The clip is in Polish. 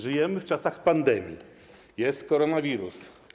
Żyjemy w czasach pandemii, jest koronawirus.